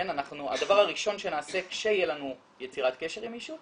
הדבר הראשון שנעשה כשיהיה לנו יצירת קשר עם מישהו,